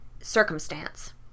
circumstance